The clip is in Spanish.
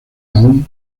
aun